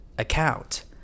account